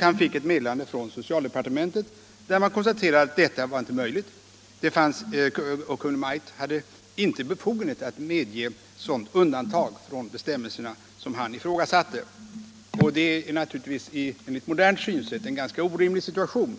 Han fick ett meddelande från socialdepartementet där det konstaterades att Kungl. Maj:t inte hade befogenhet att medge det undantag från bestämmelserna som han hade begärt. Detta är naturligtvis med modernt synsätt en ganska orimlig situation.